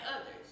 others